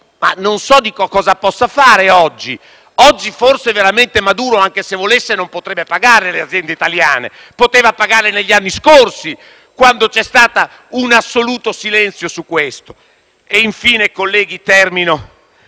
non so cosa si possa fare. Oggi, forse, Maduro, anche se volesse, non potrebbe pagare le aziende italiane, poteva pagarle gli anni scorsi, quando c'è stato un assoluto silenzio su questo. Infine, colleghi, termino